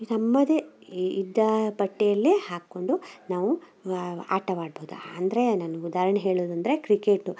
ನಮ್ಮದೆ ಇದ್ದಾ ಬಟ್ಟೆಯಲ್ಲೆ ಹಾಕ್ಕೊಂಡು ನಾವು ಆಟವಾಡ್ಬೋದು ಅಂದರೆ ನಾನು ಉದಾಹರ್ಣೆ ಹೇಳೋದಂದ್ರೆ ಕ್ರಿಕೆಟು